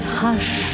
hush